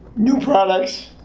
new products,